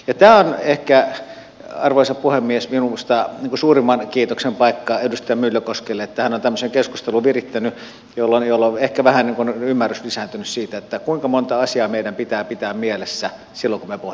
tämä on ehkä arvoisa puhemies minusta suurimman kiitoksen paikka edustaja myllykoskelle että hän on tämmöisen keskustelun virittänyt jolloin ehkä vähän on ymmärrys lisääntynyt siitä kuinka monta asiaa meidän pitää pitää mielessä silloin kun me pohdimme tätä